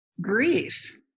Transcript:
grief